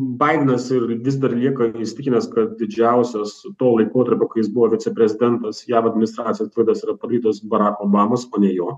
baidenas ir vis dar lieka neįsitikinęs kad didžiausios to laikotarpio kai jis buvo viceprezidentas jav administracijos klaidos yra padarytos barako obamos o ne jo